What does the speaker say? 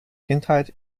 kindheit